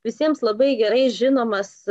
visiems labai gerai žinomas